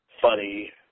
funny